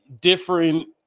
different